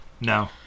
No